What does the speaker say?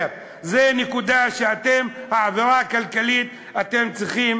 זו נקודה שאתם, העבירה הכלכלית, אתם צריכים